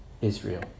Israel